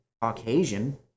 Caucasian